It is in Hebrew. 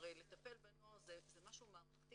כי הרי לטפל בנוער זה משהו מערכתי,